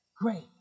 Great